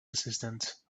assistant